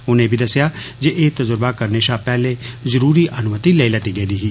उनें एह बी दस्सेआ जे एह तजुर्बा करने षा पैहले सब्मै जरूरी अनुमति लेई लैती गेदी ही